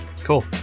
Cool